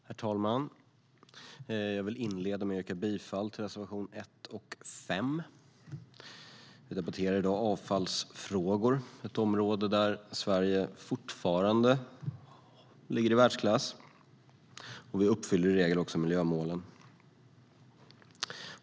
Herr talman! Jag vill inleda med att yrka bifall till reservationerna 1 och 5. Vi debatterar i dag avfallsfrågor. Det är ett område där Sverige fortfarande ligger i världsklass. Vi uppfyller i regel också miljömålen.